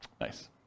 Nice